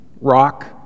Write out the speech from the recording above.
Rock